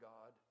God